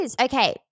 Okay